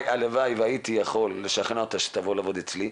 והייתי יכול לשכנע אותה שתבוא לעבוד אצלי,